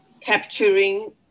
capturing